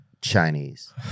Chinese